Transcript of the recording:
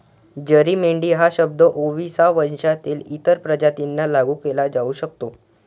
जरी मेंढी हा शब्द ओविसा वंशातील इतर प्रजातींना लागू केला जाऊ शकतो